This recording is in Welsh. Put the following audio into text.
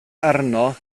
arno